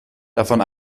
davon